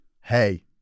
hey